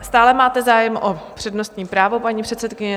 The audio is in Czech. Stále máte zájem o přednostní právo, paní předsedkyně?